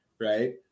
right